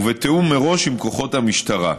ובתיאום מראש עם כוחות המשטרה.